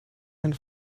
and